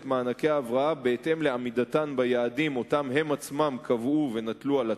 מענקי ההבראה בהתאם לעמידתן ביעדים שהן עצמן קבעו ונטלו על עצמן.